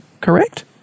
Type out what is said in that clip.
correct